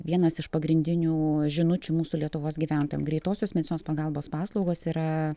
vienas iš pagrindinių žinučių mūsų lietuvos gyventojam greitosios medicinos pagalbos paslaugos yra